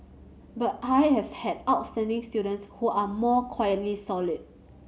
but I have had outstanding students who are more quietly solid